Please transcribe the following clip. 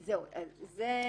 אז מה?